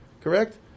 Correct